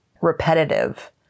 repetitive